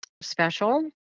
special